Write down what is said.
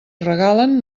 regalen